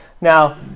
Now